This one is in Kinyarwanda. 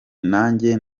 nanjye